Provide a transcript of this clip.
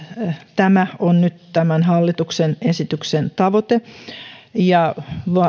tämä on nyt tämän hallituksen esityksen tavoite